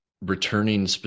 returning